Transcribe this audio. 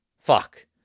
Fuck